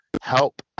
help